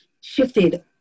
shifted